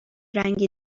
رنگی